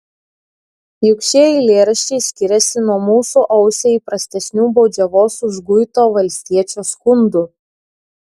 juk šie eilėraščiai skiriasi nuo mūsų ausiai įprastesnių baudžiavos užguito valstiečio skundų